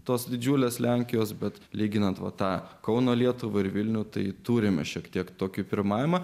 tos didžiulės lenkijos bet lyginant vata kauno lietuva ir vilniuje tai turime šiek tiek tokį pirmavimą